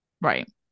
Right